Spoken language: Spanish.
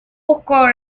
buscó